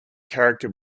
character